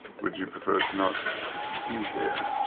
would you prefer to not be here?